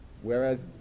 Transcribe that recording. Whereas